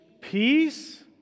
peace